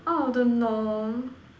out of the norm